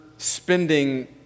spending